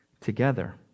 together